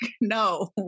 no